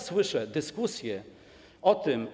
Słyszę dyskusję o tym.